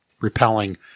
repelling